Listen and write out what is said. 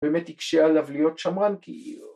‫באמת היא קשה עליו להיות שמרן, ‫כי... זה לא מעניין